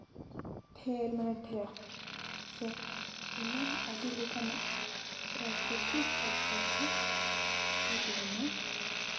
ᱥᱮ ᱟᱭᱢᱟ ᱟᱹᱰᱤ ᱞᱮᱠᱟᱱᱟᱜ ᱯᱨᱟᱠᱨᱤᱛᱤᱠ ᱟᱵᱫᱟ ᱠᱚ ᱦᱮᱡ ᱞᱮᱱᱟ